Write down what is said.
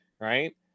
right